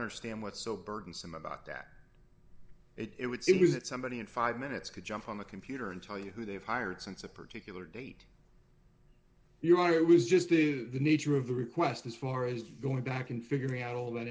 understand what's so burdensome about that it would seem that somebody in five minutes could jump on the computer and tell you who they've hired since a particular date you want it was just the nature of the request as far as going back and figuring out all that